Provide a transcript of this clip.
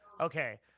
Okay